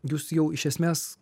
jūs jau iš esmes